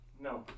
No